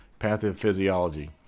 Pathophysiology